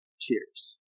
Cheers